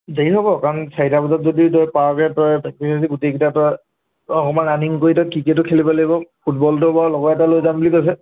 দেৰি হ'ব কাৰণ চাৰিটা বজাত যদি তই পাৱগৈ তই তাত যদি গোটেইকেইটা তই অকণমান ৰানিং কৰি তই ক্ৰিকেটো খেলিব লাগিব ফুটবলটো বাৰু লগৰ এটাই লৈ যাম বুলি কৈছে